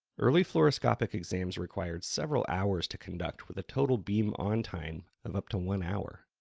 early fluoroscopic exams required several hours to conduct with a total beam on-time of up to one hour.